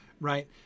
right